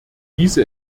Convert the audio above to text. diese